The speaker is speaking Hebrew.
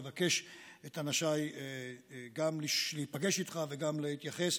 או לבקש את אנשיי גם להיפגש איתך וגם להתייחס.